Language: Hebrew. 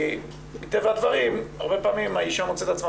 מטבע הדברים הרבה פעמים אישה מוצאת את עצמה